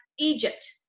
Egypt